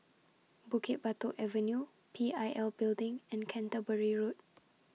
Bukit Batok Avenue P I L Building and Canterbury Road